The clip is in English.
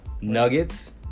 Nuggets